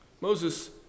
Moses